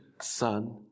Son